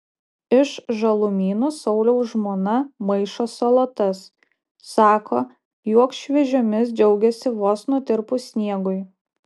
iš žalumynų sauliaus žmona maišo salotas sako jog šviežiomis džiaugiasi vos nutirpus sniegui